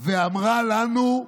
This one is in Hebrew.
ואמרה לנו: